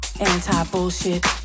anti-bullshit